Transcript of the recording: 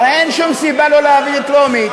הרי אין שום סיבה שלא להעביר בטרומית.